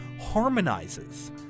harmonizes